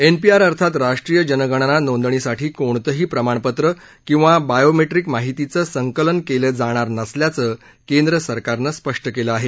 N P R अर्थात राष्ट्रीय जनगणना नोंदणीसाठी कोणतंही प्रमाणपत्र किंवा बायोमॅट्रिक माहितीचं संकलन केलं जाणार नसल्याचं केंद्रसरकारनं स्पष्ट केलं आहे